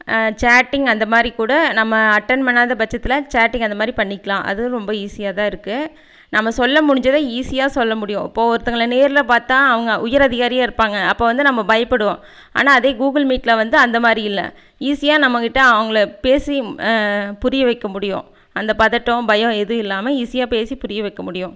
chatting அந்தமாதிரி கூட நம்ம அட்டன் பண்ணாத பட்சத்தில் சாட்டிங் அந்தமாதிரி பண்ணிக்கலாம் அதுவும் ரொம்ப ஈஸியாக தான் இருக்குது நம்ம சொல்ல முடிஞ்சதை ஈஸியாக சொல்ல முடியும் இப்போது ஒருத்தவர்களை நேரில் பார்த்தா அவங்க உயர் அதிகாரியாக இருப்பாங்க அப்போ வந்து நம்ம பயப்படுவோம் ஆனால் அதே கூகுள் மீட்டில் வந்து அந்தமாதிரி இல்லை ஈஸியாக நம்மக்கிட்ட அவங்கள பேசி புரிய வைக்க முடியும் அந்த பதட்டம் பயம் எதுவும் இல்லாமல் ஈஸியாக பேசி புரிய வைக்க முடியும்